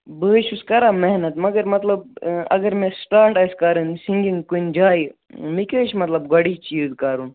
بہٕ حظ چھُس کَران محنت مگر مطلب اگر مےٚ سِٹاٹ آسہِ کَرٕنۍ سِنٛگِنٛگ کُنہِ جایہِ مےٚ کیٛاہ حظ چھُ مطلب گۄڈٕنِچ چیٖز کَرُن